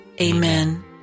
Amen